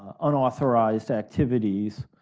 unauthorized activities,